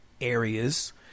areas